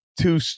two